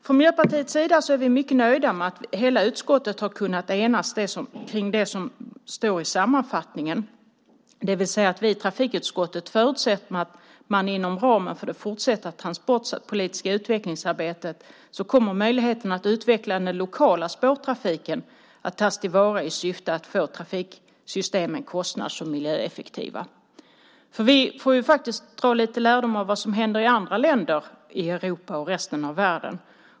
Från Miljöpartiets sida är vi mycket nöjda med att hela utskottet har kunnat enas om det som står i sammanfattningen, det vill säga: "Utskottet förutsätter att inom ramen för det fortsatta transportpolitiska utvecklingsarbetet kommer möjligheten att utveckla den lokala spårtrafiken att tas till vara i syfte att få trafiksystemen kostnads och miljöeffektiva." Vi får också dra lite lärdom av vad som händer i andra länder i Europa och resten av världen.